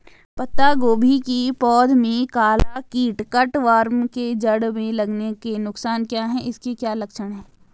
पत्ता गोभी की पौध में काला कीट कट वार्म के जड़ में लगने के नुकसान क्या हैं इसके क्या लक्षण हैं?